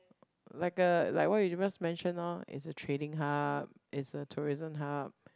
like a like what you previous mention loh is a trading hub is a tourism hub